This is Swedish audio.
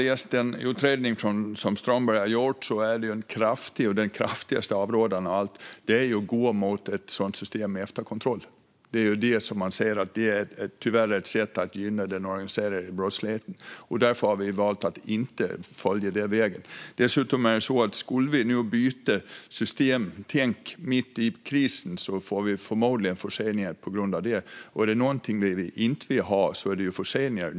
I den utredning som Stefan Strömberg har gjort avråds kraftigt från att ha ett system med efterkontroller. Man ser att det tyvärr är ett sätt att gynna den organiserade brottsligheten. Det är därför vi har valt att inte gå den vägen. Skulle vi dessutom byta system mitt i krisen får vi förmodligen förseningar på grund av det, och är det något vi inte vill ha är det just förseningar.